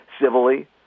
civilly